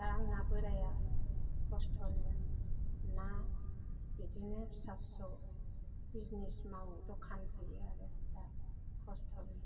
दा आंना बोराया खस्थ'नि ना बिदिनो फिसा फिसौ बिजनेस मावो द'खान होयो आरो दा खस्थ'नो